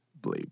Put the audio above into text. bleep